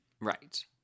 Right